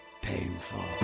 painful